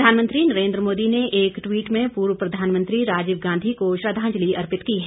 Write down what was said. प्रधानमंत्री नरेन्द्र मोदी ने एक ट्वीट में पूर्व प्रधानमंत्री राजीव गांधी को श्रद्वांजलि अर्पित की है